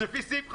זה לפי סעיף 50,